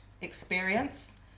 experience